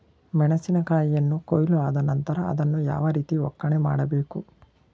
ಮೆಣಸಿನ ಕಾಯಿಯನ್ನು ಕೊಯ್ಲು ಆದ ನಂತರ ಅದನ್ನು ಯಾವ ರೀತಿ ಒಕ್ಕಣೆ ಮಾಡಬೇಕು?